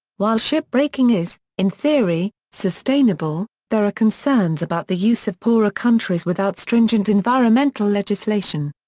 while ship breaking is, in theory, sustainable, there are concerns about the use of poorer countries without stringent environmental legislation.